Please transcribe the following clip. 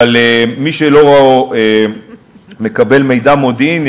אבל מי שלא מקבל מידע מודיעיני,